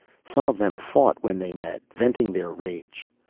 some of them fought when they met, venting their rage.